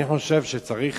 אני חושב שצריך